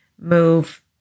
move